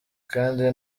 kandi